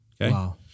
Wow